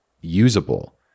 usable